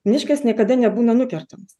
miškas niekada nebūna nukertamas